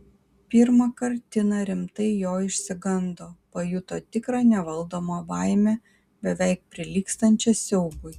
pirmąkart tina rimtai jo išsigando pajuto tikrą nevaldomą baimę beveik prilygstančią siaubui